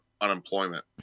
unemployment